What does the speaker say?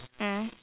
mm